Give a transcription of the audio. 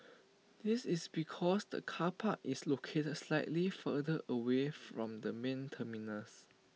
this is because the car park is located slightly further away from the main terminals